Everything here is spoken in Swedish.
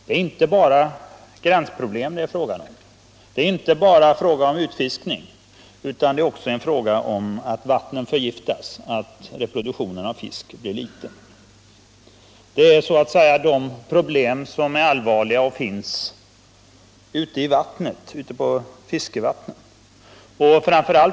Det gäller inte bara gränsproblem och utfiskning, utan det är också fråga om att vattnet förgiftas, att reproduktionen av fisk är så liten. Det är allvarliga problem ute på fiskevattnen.